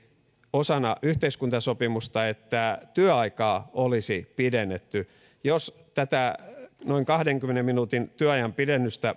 osana yhteiskuntasopimusta että työaikaa olisi pidennetty jos tämä noin kahdenkymmenen minuutin työajan pidennys